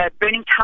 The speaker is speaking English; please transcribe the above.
burning